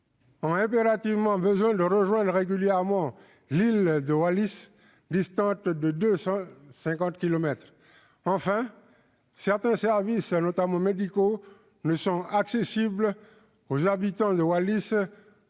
ont impérativement besoin de rejoindre régulièrement l'île de Wallis, distante de 250 kilomètres. Et certains services, notamment médicaux, ne sont accessibles aux habitants de Wallis